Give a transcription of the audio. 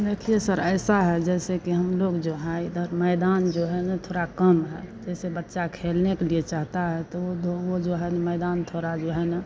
देखिए सर ऐसा है कि हम लोग जो है इधर मैदान जो है में थोड़ा कम है जैसे बच्चा खेलने के लिए चाहता है तो वह दो वह जो है मैदान थोड़ा जो है ना